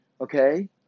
okay